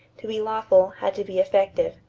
to be lawful, had to be effective.